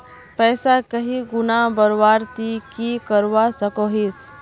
पैसा कहीं गुणा बढ़वार ती की करवा सकोहिस?